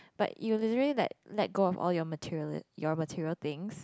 but you you really like let go of all your material your material things